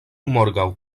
morgaŭ